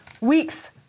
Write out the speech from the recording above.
weeks